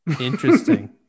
Interesting